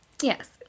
Yes